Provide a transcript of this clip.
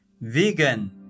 Vegan